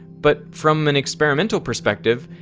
but from an experimental perspective,